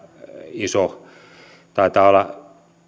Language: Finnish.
iso asia taitaa olla